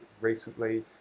recently